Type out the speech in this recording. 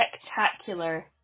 spectacular